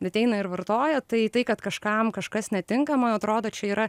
ateina ir vartoja tai tai kad kažkam kažkas netinkamai atrodo čia yra